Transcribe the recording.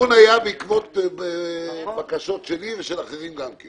התיקון היה בעקבות בקשות שלי וגם של אחרים.